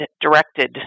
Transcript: directed